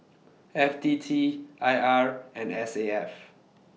F T T I R and S A F